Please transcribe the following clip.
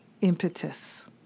impetus